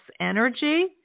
energy